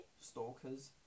Stalkers